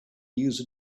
use